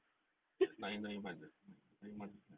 nine nine months nine months okay lah